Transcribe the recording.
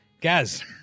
Gaz